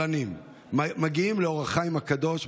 מגיעים לאור החיים הקדוש,